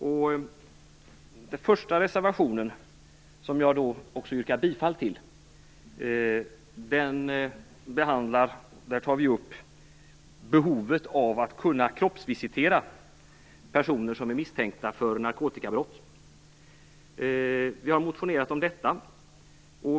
I den första reservationen, som jag också yrkar bifall till, tar vi upp behovet av att kunna kroppsvisitera personer som är misstänkta för narkotikabrott. Vi har motionerat om detta.